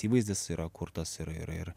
įvaizdis yra kurtas ir ir ir